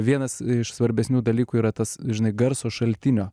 vienas iš svarbesnių dalykų yra tas žinai garso šaltinio